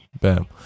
Bam